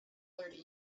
thirty